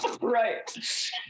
Right